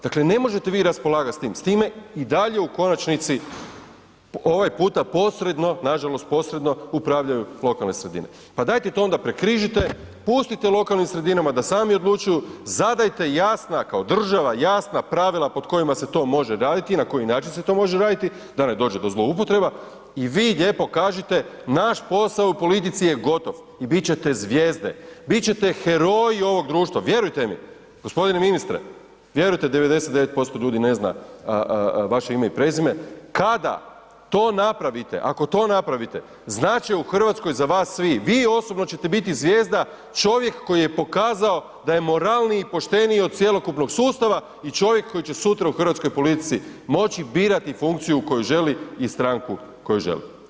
Dakle, ne možete vi raspolagat s tim, s time i dalje u konačnici, ovaj puta posredno, nažalost posredno, upravljaju lokalne sredine, pa dajte to onda prekrižite, pustite lokalnim sredinama da sami odlučuju, zadajte jasna, kao država jasna pravila pod kojima se to može raditi i na koji način se to može raditi i na koji način se to može raditi da ne dođe do zloupotreba i vi lijepo kažite naš posao u politici je gotov i bit ćete zvijezde, bit ćete heroji ovog društva, vjerujte mi, g. ministre vjerujte 99% ljudi ne zna vaše ime i prezime, kada to napravite, ako to napravite, znat će u RH za vas svi, vi osobno ćete osobno biti zvijezda, čovjek koji je pokazao da je moralniji i pošteniji od cjelokupnog sustava i čovjek koji će sutra u hrvatskoj politici moći birati funkciju koju želi i stranku koju želi.